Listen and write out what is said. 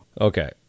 Okay